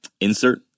insert